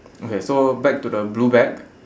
okay so back to the blue bag